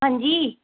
ਹਾਂਜੀ